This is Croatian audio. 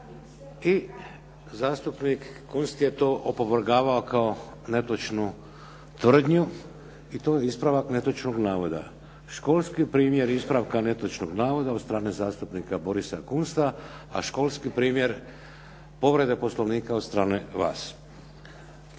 i zastupnik Kunst je to opovrgavao kao netočnu tvrdnju i to je ispravak netočnog navoda. Školski primjer ispravka netočnog navoda od strane zastupnika Borisa Kunsta, a školski primjer povrede Poslovnika od strane vas.